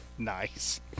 Nice